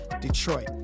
Detroit